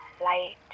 light